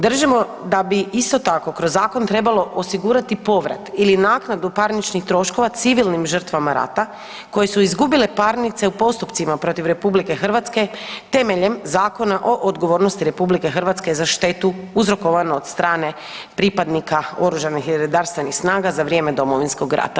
Držimo da bi isto tako kroz zakon trebalo osigurati povrat ili naknadu parničnih troškova civilnim žrtvama rata koje su izgubile parnice u postupcima protiv RH temeljem Zakona o odgovornosti RH za štetu uzrokovanu od strane pripadnika oružanih i redarstvenih snaga za vrijeme Domovinskog rata.